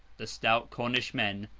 the stout cornish men,